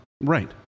Right